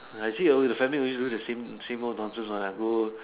I see always family always go the same same old nonsense one I go